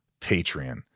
Patreon